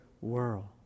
world